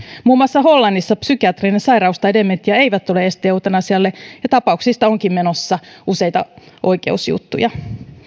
muun muassa hollannissa psykiatrinen sairaus ja dementia eivät ole este eutanasialle ja tapauksista onkin menossa useita oikeusjuttuja